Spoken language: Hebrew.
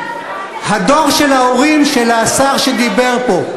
הדור של ההורים של השר שדיבר פה,